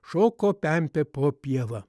šoko pempė po pievą